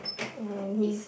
at least